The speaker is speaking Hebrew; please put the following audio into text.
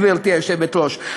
גברתי היושבת-ראש.